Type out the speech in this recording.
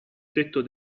tetto